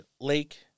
Lake